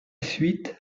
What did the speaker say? suite